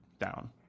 down